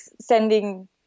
sending